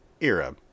era